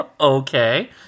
Okay